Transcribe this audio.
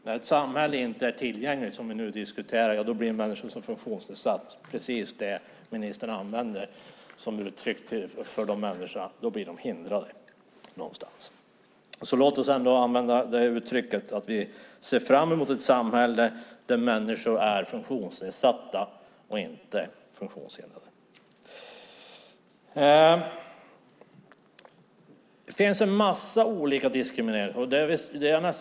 När ett samhälle inte är tillgängligt blir människor som är funktionsnedsatta just hindrade - det uttryck som ministern använder. Vi ser fram mot ett samhälle där vi kan säga att människor är funktionsnedsatta och inte funktionshindrade. Det finns många slags diskriminering.